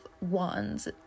wands